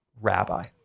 Rabbi